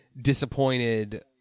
disappointed